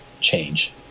change